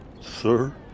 Sir